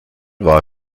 war